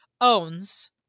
owns